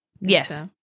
Yes